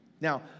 Now